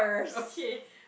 okay